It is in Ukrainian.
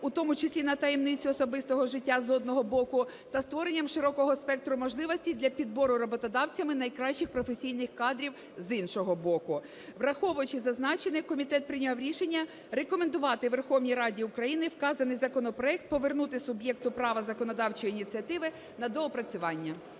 в тому числі на таємницю особистого життя з одного боку, та створенням широкого спектру можливостей для підбору роботодавцями найкращих професійних кадрів з іншого боку. Враховуючи зазначене, комітет прийняв рішення рекомендувати Верховній Раді України вказаний законопроект повернути суб'єкту права законодавчої ініціативи на доопрацювання.